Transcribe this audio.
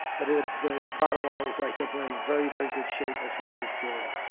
but ah the the bottom line is i think we're in very very good shape as we move forward.